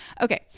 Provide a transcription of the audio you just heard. Okay